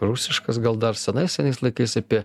rusiškas gal dar senais seniais laikais apie